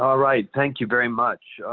ah right, thank you very much.